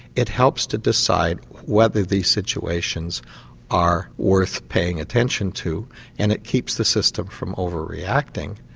it helps to decide whether these situations are worth paying attention to and it keeps the system from overreacting.